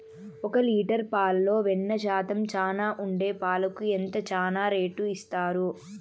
ఒక లీటర్ పాలలో వెన్న శాతం చానా ఉండే పాలకు ఎంత చానా రేటు ఇస్తారు?